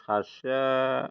सासेया